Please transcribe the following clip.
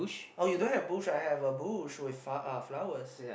oh you don't bush I have a bush with far uh flowers